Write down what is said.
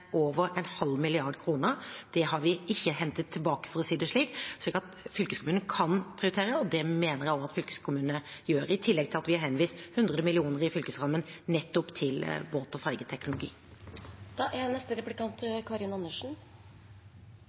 over en halv milliard kroner. Det har vi ikke hentet tilbake, for å si det slik. Så fylkeskommunene kan prioritere, og det mener jeg også at fylkeskommunene gjør – i tillegg til at vi har 100 mill. kr i fylkesrammen nettopp til båt- og ferjeteknologi. Det er